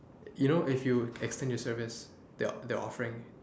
you know if you extend your service they are they are offering